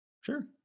Sure